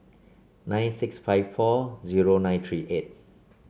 nine six five four zero nine three eight